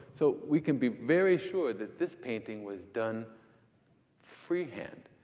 so we can be very sure that this painting was done freehand.